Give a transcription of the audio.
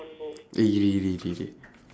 eh இரு இரு இரு இரு இரு: iru iru iru iru iru